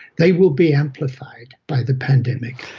they will be amplified by the pandemic.